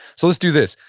so let's do this.